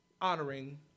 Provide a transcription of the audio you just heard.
honoring